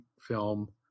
film